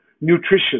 nutrition